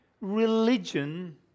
religion